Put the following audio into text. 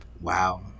Wow